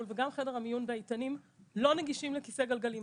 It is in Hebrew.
וגם חדר המיון באיתנים לא נגישים לכיסא גלגלים.